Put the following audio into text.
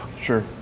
Sure